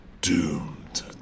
doomed